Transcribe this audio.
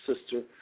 sister